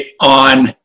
on